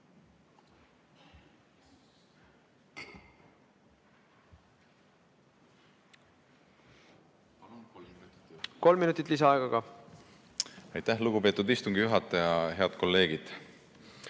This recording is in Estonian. Kolm minutit lisaaega ka. Aitäh, lugupeetud istungi juhataja! Head kolleegid!